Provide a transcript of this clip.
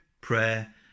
prayer